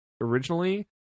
originally